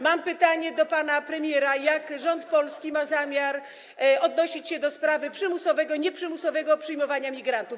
Mam pytanie do pana premiera: Jak rząd Polski ma zamiar odnosić się do sprawy przymusowego, nieprzymusowego przyjmowania migrantów?